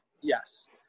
Yes